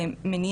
תודה רבה.